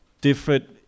different